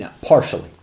partially